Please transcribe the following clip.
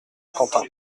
quentin